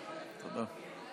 תודה.